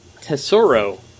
Tesoro